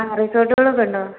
ആ റിസോർട്ടുകളൊക്കെ ഉണ്ടോ